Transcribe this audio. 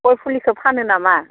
गय फुलिखौ फानो नामा